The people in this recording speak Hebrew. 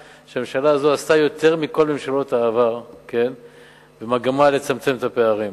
עשתה יותר מכל ממשלות העבר במגמה לצמצם את הפערים.